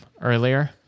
earlier